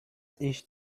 ich